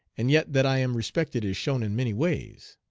and yet that i am respected is shown in many ways.